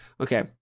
Okay